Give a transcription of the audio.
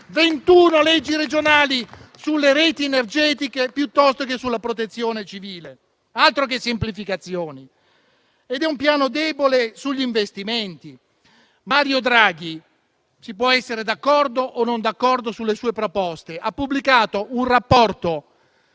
21 leggi regionali sulle reti energetiche o sulla Protezione civile. Altro che semplificazioni! È un piano debole sugli investimenti. Mario Draghi - si può essere d'accordo o meno sulle sue proposte - ha pubblicato un rapporto